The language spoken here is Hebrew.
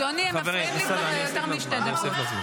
אדוני, הם מפריעים לי כבר יותר משתי דקות.